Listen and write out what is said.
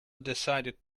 decided